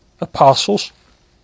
apostles